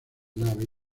naves